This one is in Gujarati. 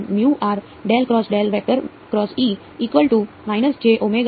તેથી ધારો કે હું કરું છું